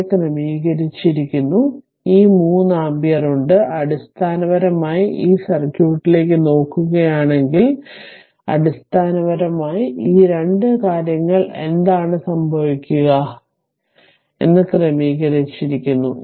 ഇത് ക്രമീകരിച്ചിരിക്കുന്നു ഈ 3 ആമ്പിയർ ഉണ്ട് അടിസ്ഥാനപരമായി ഈ സർക്യൂട്ടിലേക്ക് നോക്കുകയാണെങ്കിൽ അടിസ്ഥാനപരമായി ഈ രണ്ട് കാര്യങ്ങളിൽ എന്താണ് സംഭവിക്കുക എന്ന് ക്രമീകരിച്ചിരിക്കുന്നു